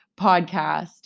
podcast